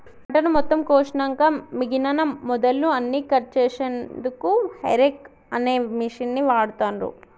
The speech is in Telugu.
పంటను మొత్తం కోషినంక మిగినన మొదళ్ళు అన్నికట్ చేశెన్దుకు హేరేక్ అనే మిషిన్ని వాడుతాన్రు